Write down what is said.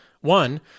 One